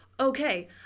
Okay